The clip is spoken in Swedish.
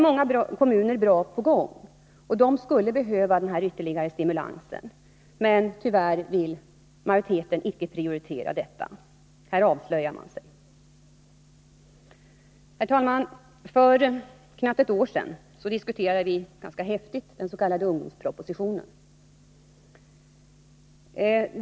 Många kommuner har här kommit bra i gång och skulle behöva denna ytterligare stimulans, men tyvärr vill utskottsmajoriteten icke prioritera detta. Här avslöjar man sig. Herr talman! För knappt ett år sedan diskuterade vi ganska häftigt den s.k. ungdomspropositionen.